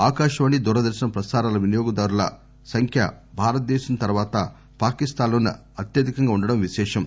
ఆకాశవాణి దూరదర్నన్ ప్రసారాల వినియోగదారుల సంఖ్య భారతదేశం తర్వాత పాకిస్తాన్ లోనే అత్యధికంగా వుండడం విశేషం